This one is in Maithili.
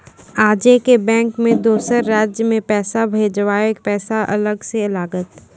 आजे के बैंक मे दोसर राज्य मे पैसा भेजबऽ पैसा अलग से लागत?